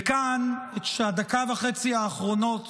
וכאן, את הדקה וחצי האחרונות